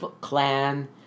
clan